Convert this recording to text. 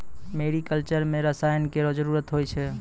मेरी culture म रसायन केरो जरूरत होय छै